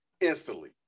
instantly